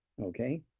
okay